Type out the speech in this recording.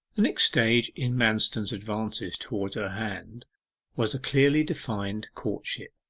the next stage in manston's advances towards her hand was a clearly defined courtship.